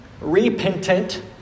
repentant